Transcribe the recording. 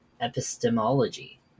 epistemology